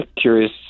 curious